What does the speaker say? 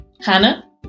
Hannah